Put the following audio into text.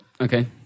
Okay